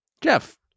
Jeff